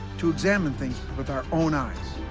to examine things with our own eyes.